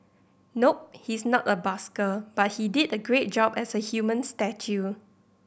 nope he's not a busker but he did a great job as a human statue